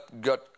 got